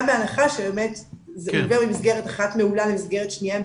גם בהנחה שבאמת הוא עובר ממסגרת אחת מעולה למסגרת שנייה מעולה,